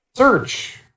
search